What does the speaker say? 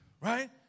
right